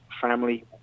family